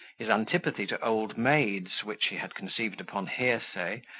his antipathy to old maids, which he had conceived upon hearsay,